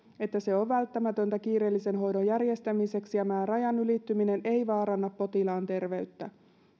että se on välttämätöntä kiireellisen hoidon järjestämiseksi ja määräajan ylittyminen ei vaaranna potilaan terveyttä